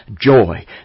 joy